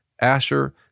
Asher